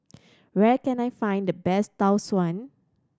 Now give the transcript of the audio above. where can I find the best Tau Suan